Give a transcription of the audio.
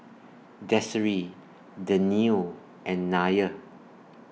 Desiree Danielle and Nyah